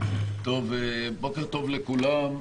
בוקר טוב לכולם.